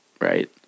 Right